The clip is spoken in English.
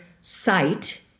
sight